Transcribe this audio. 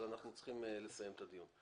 אבל אנחנו צריכים לסיים את הדיון.